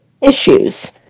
issues